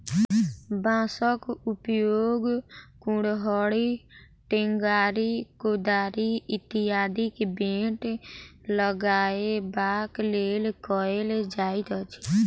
बाँसक उपयोग कुड़हड़ि, टेंगारी, कोदारि इत्यादिक बेंट लगयबाक लेल कयल जाइत अछि